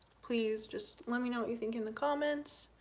please just let me know what you think in the comments.